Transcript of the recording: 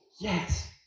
yes